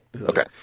Okay